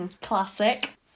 Classic